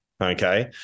okay